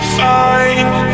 fine